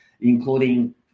including